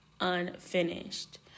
unfinished